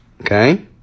okay